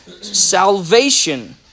salvation